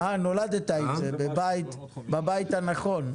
נולדת עם זה, בבית הנכון.